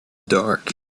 dark